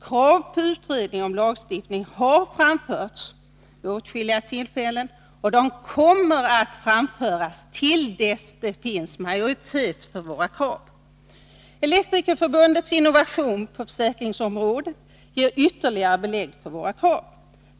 Krav på utredning om lagstiftning har framförts vid åtskilliga tillfällen och kommer att framföras till dess att det finns majoritet för våra krav. Elektrikerförbundets innovation på försäkringsområdet ger ytterligare belägg för våra krav.